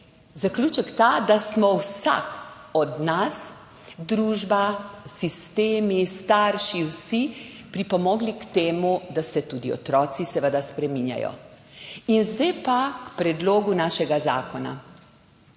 zaključek ta, da smo vsak od nas, družba, sistemi, starši, vsi pripomogli k temu, da se tudi otroci seveda spreminjajo. Zdaj pa k predlogu našega zakona.